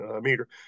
meter